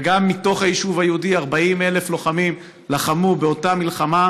וגם מתוך היישוב היהודי 40,000 לוחמים לחמו באותה מלחמה